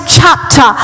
chapter